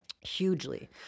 hugely